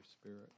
Spirit